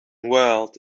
whirled